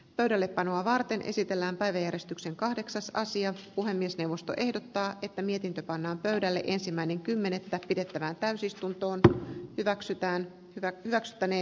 pöydällepanoa varten esitellään päiväjärjestykseen kahdeksas asiat puhemiesneuvosto ehdottaa että mietintö pannaan pöydälle ensimmäinen kymmenettä pidettävään täysistuntoon ja hyväksytään joka nostanee